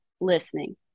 listening